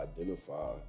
identify